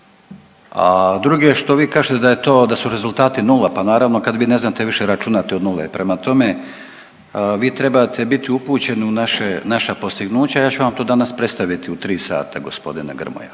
a drugo je što vi kažete da je to, da su rezultati nula, pa naravno kad vi ne znate više računati od nule, prema tome vi trebate biti upućeni u naše, naša postignuća, ja ću vam to danas predstaviti u tri sata g. Grmoja